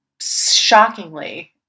Shockingly